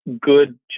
good